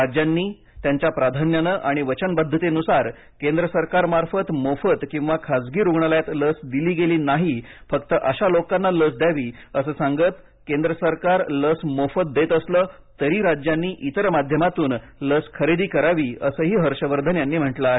राज्यांनी त्यांच्या प्राधान्याने आणि वचनबद्दतेनुसार केंद्र सरकारमार्फत मोफत किंवा खाजगी रुग्णालयात लस दिली गेली नाही फक्त अशा लोकांना लस द्यावी असं सांगत केंद्र सरकार लस मोफत देत असलं तरी राज्यांनी इतर माध्यमातूनही लस खरेदी करावी असंही हर्ष वर्धन यांनी म्हटलं आहे